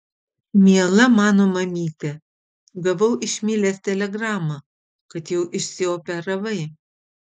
miela mano mamyte gavau iš milės telegramą kad jau išsioperavai